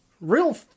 Real